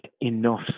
enough